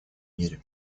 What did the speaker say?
мире